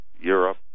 Europe